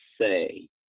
say